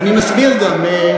אני מסביר גם.